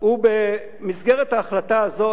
ובמסגרת ההחלטה הזאת,